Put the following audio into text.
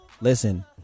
Listen